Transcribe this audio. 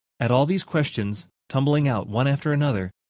at all these questions, tumbling out one after another,